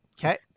Okay